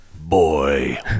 boy